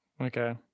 Okay